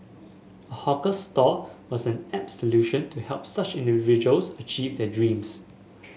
a hawker stall was an apt solution to help such individuals achieve their dreams